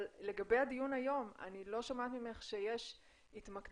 אבל לגבי הדיון היום אני לא שומעת ממך שיש התמקדות.